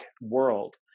world